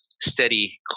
steady